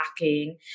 lacking